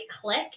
click